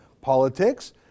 politics